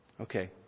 Okay